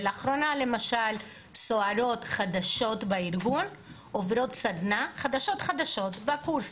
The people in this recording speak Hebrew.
ולאחרונה למשל סוהרות חדשות בארגון עוברות סדנה בקורס